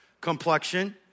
complexion